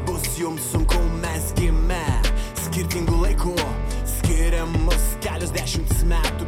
bus jums sunku mes gimę skirtingu laiku skiria mus keliasdešimt metų